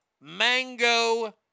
mango